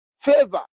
favor